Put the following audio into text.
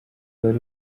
wari